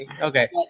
okay